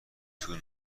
طول